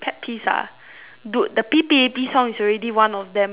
dude the P_P_A_P song is already one of them already